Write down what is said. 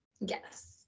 Yes